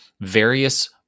various